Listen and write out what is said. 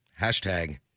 Hashtag